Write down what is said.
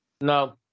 no